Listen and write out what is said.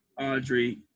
Audrey